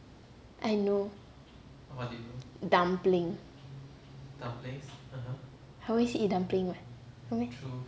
I know dumpling I always eat dumpling [what] no meh